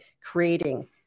creating